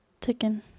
ticking